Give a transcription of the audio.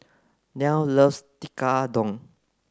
Nell loves Tekkadon